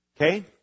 Okay